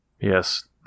Yes